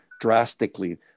drastically